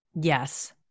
Yes